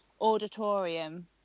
auditorium